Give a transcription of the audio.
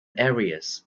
areas